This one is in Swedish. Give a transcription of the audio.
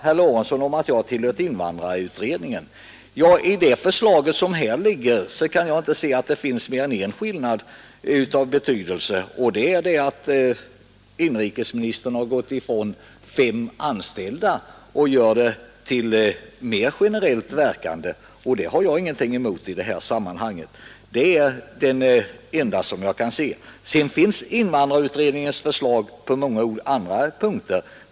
Herr Lorentzon sade att jag har tillhört invandrarutredningen, Såvitt jag kan se finns det i det föreliggande förslaget bara en skillnad av betydelse jämfört med utredningens förslag, nämligen att inrikesministern har gått ifrån bestämmelsen om fem anställda och gjort lagen mer generellt verkande. Det har jag ingenting emot. Invandrarutredningen har framlagt förslag på många andra punkter.